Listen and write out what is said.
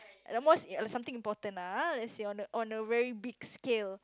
the most in~ something important ah let's say on a on a very big scale